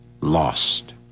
lost